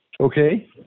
Okay